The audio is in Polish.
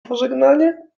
pożegnanie